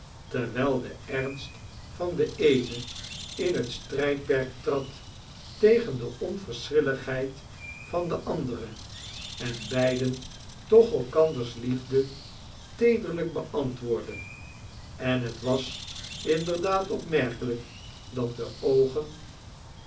terwijl de ernst van de eene in het strijdperk trad tegen de onverschilligheid van de andere en beiden toch elkanders lieifde teederlijk beantwoordden en het was inderdaad opmerkielijk dat de oogen